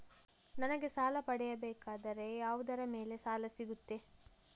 ನನಗೆ ಸಾಲ ಪಡೆಯಬೇಕಾದರೆ ಯಾವುದರ ಮೇಲೆ ಸಾಲ ಸಿಗುತ್ತೆ?